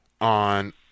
on